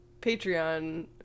Patreon